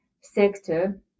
sector